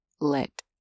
let